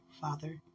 Father